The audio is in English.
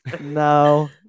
No